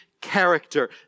character